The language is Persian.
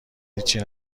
هیچی